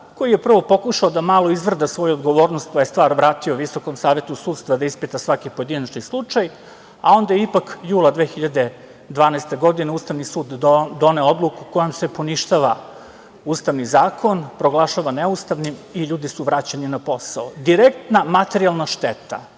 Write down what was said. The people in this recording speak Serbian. koji je prvo pokušao da malo izvrda svoju odgovornost pa je stvar vratio Visokom savetu sudstva da ispita svaki pojedinačni slučaj, a onda ipak jula 2012. godine Ustavni sud doneo odluku kojom se poništava Ustavni zakon, proglašava neustavnim i ljudi su vraćeni na posao. Direktna materijalna šteta